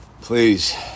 Please